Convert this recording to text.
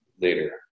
later